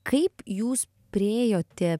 kaip jūs priėjote